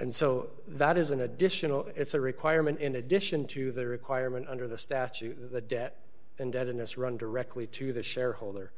and so that is an additional it's a requirement in addition to the requirement under the statute the debt and debt and it's run directly to the shareholder